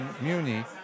muni